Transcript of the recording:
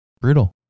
brutal